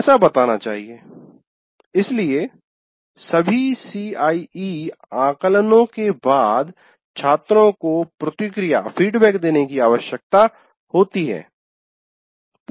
ऐसा बताना चाहिए इसलिए सभी सीआईई आकलनों के बाद छात्रों को प्रतिक्रिया फीडबैक देने की आवश्यकता होती है